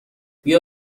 بیا